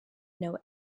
know